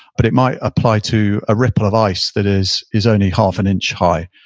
but it might apply to a ripple of ice that is is only half an inch high.